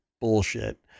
bullshit